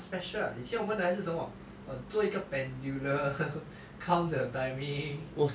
!huh! 这样 special ah 以前我们的还是什么做一个 pendulum count the timing